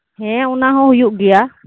ᱦᱮᱸ ᱚᱱᱟ ᱦᱚᱸ ᱦᱩᱭᱩᱜ ᱜᱮᱭᱟ